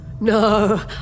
No